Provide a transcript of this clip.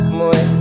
more